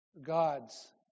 God's